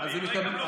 אז הם לא יקבלו.